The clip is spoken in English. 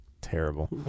Terrible